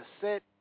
set